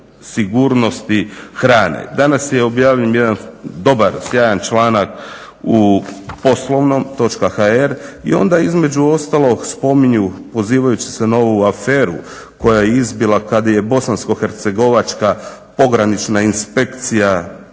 Danas je objavljen jedan dobar, sjajan članak u Poslovnom.hr i onda između ostalog spominju pozivajući se na ovu aferu koja je izbila kad je bosansko-hercegovačka pogranična inspekcija